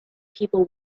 people